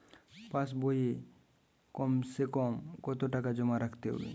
পাশ বইয়ে কমসেকম কত টাকা জমা রাখতে হবে?